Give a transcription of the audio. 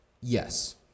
Yes